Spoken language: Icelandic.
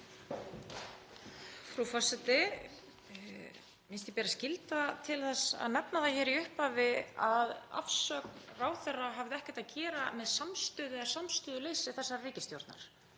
Frú forseti. Mér finnst mér bera skylda til þess að nefna það hér í upphafi að afsögn ráðherra hafði ekkert að gera með samstöðu eða samstöðuleysi þessarar ríkisstjórnar.